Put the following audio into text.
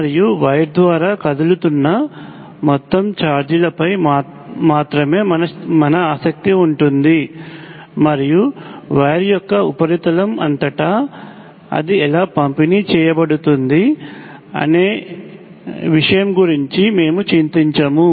మరియు వైర్ ద్వారా కదులుతున్న మొత్తం ఛార్జ్ ల పై మాత్రమే మన ఆసక్తి ఉంటుంది మరియు వైర్ యొక్క ఉపరితలం అంతటా అది ఎలా పంపిణీ చేయబడుతుంది అనే గురించి మేము చింతించము